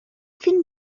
فیلم